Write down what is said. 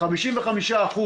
55%